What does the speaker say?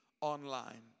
online